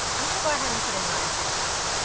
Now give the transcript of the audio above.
i'm gonna go ahead and put in rideshare driving.